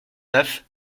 neuf